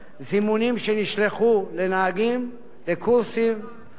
לקורסים שהיו צריכים לעשות בגין עבירה כזאת או אחרת.